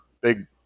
Big